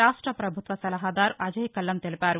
రాష్ట్ర పభుత్వ సలహాదారు అజయ్కల్లం తెలిపారు